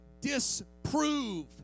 disprove